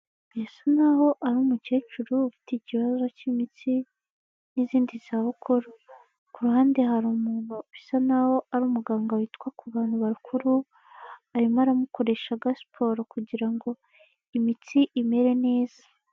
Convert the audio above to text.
Birasa n'aho ari umukecuru ufite ikibazo cy'imitsi n'izindi zabukuru, ku ruhande hari umuntu bisa naho ari umuganga witwa ku bantu bakuru, arimo aramukoresha agasiporo kugira ngo imitsi imere neza.